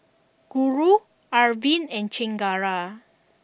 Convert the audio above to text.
Guru Arvind and Chengara